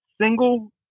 single